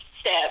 step